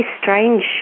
strange